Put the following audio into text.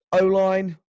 O-line